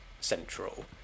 central